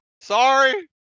sorry